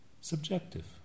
subjective